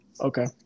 Okay